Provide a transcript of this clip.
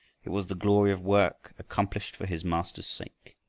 it was the glory of work accomplished for his master's sake,